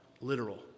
literal